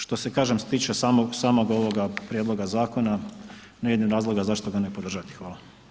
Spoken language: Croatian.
Što se kažem tiče samog ovoga prijedloga zakona, ne vidim razloga zašto ga ne podržati, hvala.